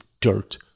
dirt